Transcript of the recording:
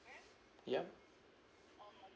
ya